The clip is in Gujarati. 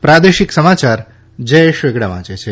પ્રાદેશિક સમાચાર જયેશ વેગડા વાંચે છે